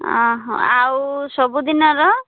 ହଁ ହଁ ଆଉ ସବୁଦିନର